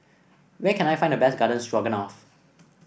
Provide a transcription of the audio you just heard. where can I find the best Garden Stroganoff